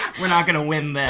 we're not gonna win this.